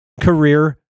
career